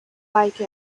like